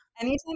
Anytime